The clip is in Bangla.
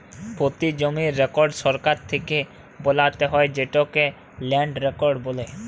পতি জমির রেকড় সরকার থ্যাকে বালাত্যে হয় যেটকে ল্যান্ড রেকড় বলে